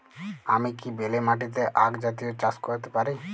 আমি কি বেলে মাটিতে আক জাতীয় চাষ করতে পারি?